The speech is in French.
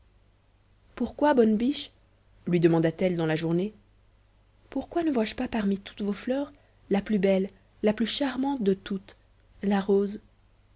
pourquoi bonne biche lui demanda-t-elle dans la journée pourquoi ne vois-je pas parmi toutes vos fleurs la plus belle la plus charmante de toutes la rose